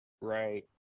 Right